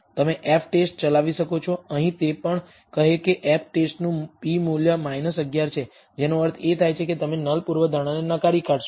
તમે F test ચલાવી શકો છો અહીં તે પણ કહે છે કે F ટેસ્ટનું p મૂલ્ય 11 છે જેનો અર્થ છે કે તમે નલ પૂર્વધારણાને નકારી કાઢશો